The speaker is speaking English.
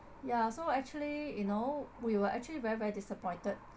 ya so actually you know we were actually very very disappointed